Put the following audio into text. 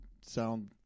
sound